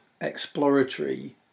exploratory